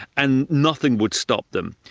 and nothing would stop them.